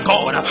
God